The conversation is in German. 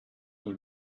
mal